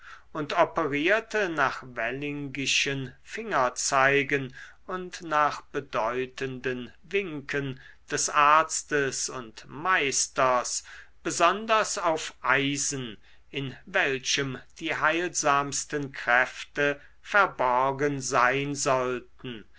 und operierte nach wellingischen fingerzeigen und nach bedeutenden winken des arztes und meisters besonders auf eisen in welchem die heilsamsten kräfte verborgen sein sollten